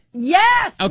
Yes